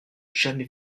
jamais